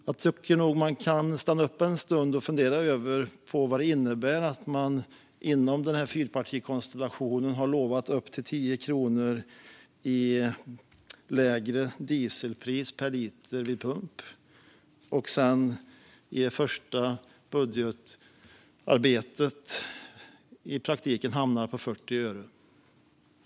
Jag tycker att vi kan stanna upp en stund och fundera på vad det innebär att man inom denna fyrpartikonstellation har lovat upp till 10 kronor lägre dieselpris per liter vid pump men sedan i det första budgetarbetet i praktiken hamnar på 40 öre.